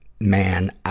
Man